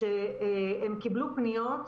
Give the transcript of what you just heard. שהן קיבלו פניות.